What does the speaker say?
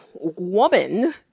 woman